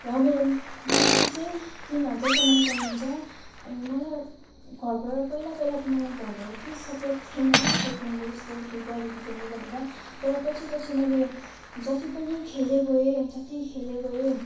र मेरो मन्थली चाहिँ तिन हजारसम्म कम्मिन्छ अनि मलाई घरबाट पहिला पहिला त मलाई घरबाट केही सपोर्ट थिएन ताइक्वान्डो यस्तो फुटबलहरू खेल्नु भनेर तर पछि पछि मैले जति पनि खेल्दैँ गएँ जति खेल्दैँ गएँ